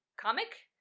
comic